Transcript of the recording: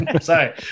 sorry